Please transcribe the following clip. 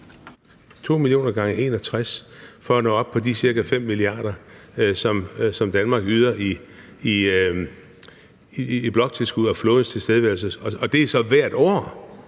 82 mio. kr. gange 61 – for at nå op på de cirka 5 mia. kr., som Danmark yder i bloktilskud og i flådens tilstedeværelse. Og det er så hvert år!